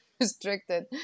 restricted